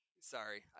Sorry